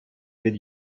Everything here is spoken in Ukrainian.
від